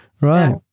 Right